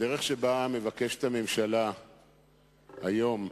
הדרך שבה הממשלה מבקשת היום,